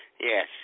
Yes